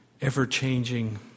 Ever-changing